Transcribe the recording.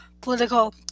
political